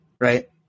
right